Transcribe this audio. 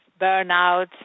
burnout